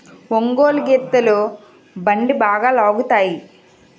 ఒంగోలు గిత్తలు బండి బాగా లాగుతాయి